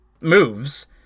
moves